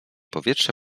powietrze